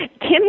Kim